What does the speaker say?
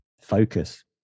Focus